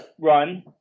run